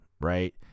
right